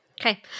Okay